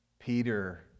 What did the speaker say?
Peter